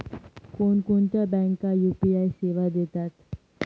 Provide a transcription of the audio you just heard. कोणकोणत्या बँका यू.पी.आय सेवा देतात?